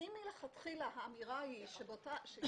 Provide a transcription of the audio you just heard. ולאחר מכן התנהל עוד דיון בוועדת החוץ והביטחון,